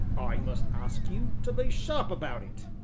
i must ask you to be sharp about it.